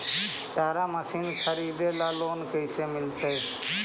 चारा मशिन खरीदे ल लोन कैसे मिलतै?